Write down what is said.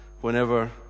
whenever